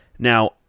Now